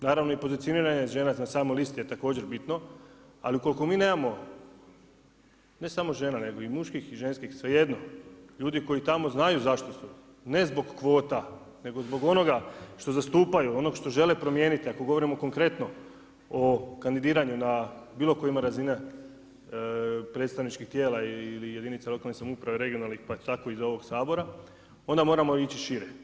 Naravno i pozicioniranje žena na samoj listi je također bitno, ali ukoliko mi nemamo ne samo žena nego i muških i ženskih, svejedno, ljudi koji tamo znaju zašto su, ne zbog kvota nego zbog onoga što zastupaju, onog što žele promijeniti, ako govorimo konkretno o kandidiranju na bilo kojoj razini predstavničkih tijela ili jedinica lokalne samouprave, regionalne pa tako i za ovog Sabora onda moramo ići šire.